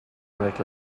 avec